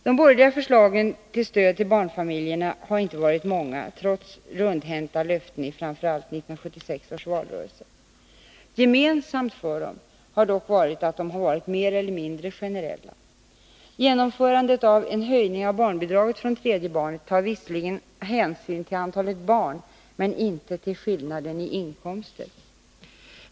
De borgerliga förslagen till stöd till barnfamiljerna har inte varit många trots rundhänta löften i framför allt 1976 års valrörelse. Gemensamt för dem har dock varit att de har varit mer eller mindre generella. Genomförandet av en höjning av barnbidraget från tredje barnet tar visserligen hänsyn till antalet barn men inte till skillnaderna i inkomster.